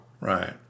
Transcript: Right